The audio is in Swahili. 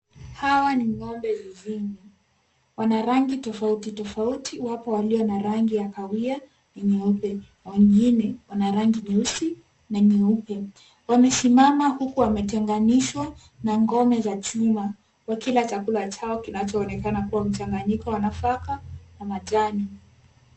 Hawa ni ng'ombe zizini. Wana rangi tofauti tofauti, wapo walio na rangi ya kahawia na nyeupe, na wengine wana rangi nyeusi na nyeupe. Wamesimama huku wametenganishwa na ngome za chuma, wakila chakula chao kinachoonekana kuwa mchanganyiko wa nafaka na majani.